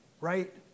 right